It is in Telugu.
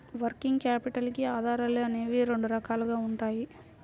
వర్కింగ్ క్యాపిటల్ కి ఆధారాలు అనేవి రెండు రకాలుగా ఉంటాయి